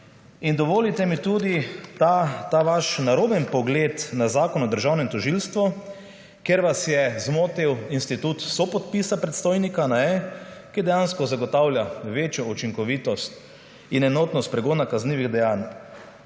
izpostavim tudi ta vaš naroben pogled na Zakon o državnem tožilstvu, kjer vas je zmotil institut sopodpisa predstojnika, ki dejansko zagotavlja večjo učinkovitost in enotnost pregona kaznivih dejanj.